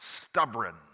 stubborn